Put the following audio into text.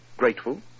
Grateful